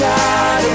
God